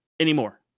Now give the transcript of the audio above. anymore